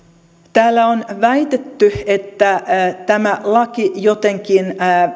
täällä on väitetty että tämä laki jotenkin